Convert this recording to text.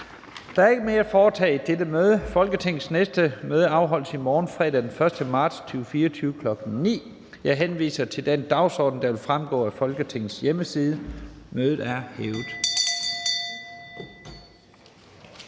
Der er ikke mere at foretage i dette møde. Folketingets næste møde afholdes i morgen, fredag den 1. marts 2024, kl. 9.00. Jeg henviser til den dagsorden, der vil fremgå af Folketingets hjemmeside. Mødet er hævet.